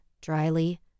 dryly